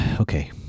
okay